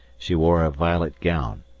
she wore a violet gown,